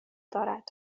دارد